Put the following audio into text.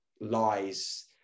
lies